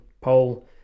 poll